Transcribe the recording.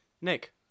Nick